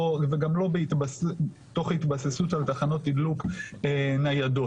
וגם לא תוך התבססות על תחנות תדלוק ניידות.